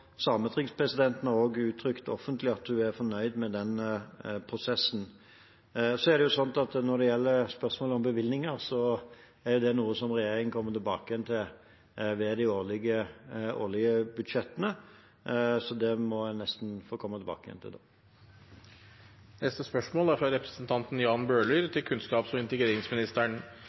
har også uttrykt offentlig at hun er fornøyd med den prosessen. Når det gjelder spørsmålet om bevilgninger, er det noe regjeringen behandler ved de årlige budsjettene, så det må man nesten få komme tilbake til da. Dette spørsmålet, fra Jan Bøhler til kunnskaps- og integreringsministeren,